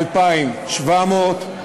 2,700,